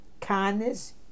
kindness